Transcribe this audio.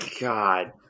God